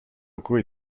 locaux